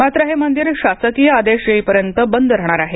मात्र हे मंदिर शासकीय आदेश येईपर्यंत बंद राहणार आहे